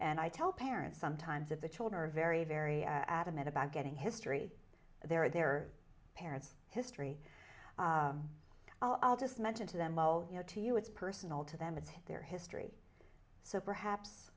and i tell parents sometimes if the children are very very adamant about getting history there or their parents history i'll just mention to them well you know to you it's personal to them it's their history so perhaps